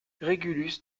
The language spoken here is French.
régulus